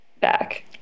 back